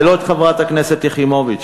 ולא את חברת הכנסת יחימוביץ,